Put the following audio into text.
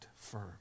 firm